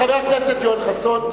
חבר הכנסת יואל חסון,